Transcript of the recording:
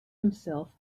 himself